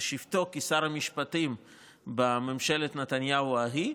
בשבתו כשר המשפטים בממשלת נתניהו ההיא,